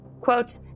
Quote